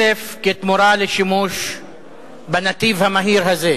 כסף, כתמורה על שימוש בנתיב המהיר הזה.